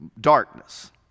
darkness